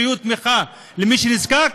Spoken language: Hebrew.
שיהיו תמיכה למי שנזקק,